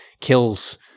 kills